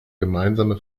gemeinsame